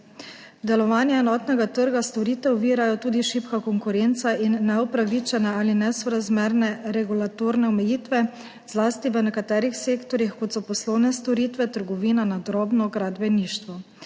Delovanje enotnega trga storitev ovirajo tudi šibka konkurenca in neupravičene ali nesorazmerne regulatorne omejitve, zlasti v nekaterih sektorjih, kot so poslovne storitve, trgovina na drobno, gradbeništvo.